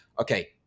Okay